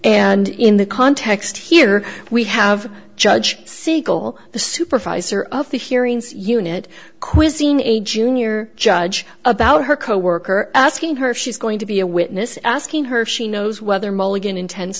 and in the context here we have judge siegel the supervisor of the hearings unit cuisine a junior judge about her coworker asking her if she's going to be a witness asking her if she knows whether mulligan intends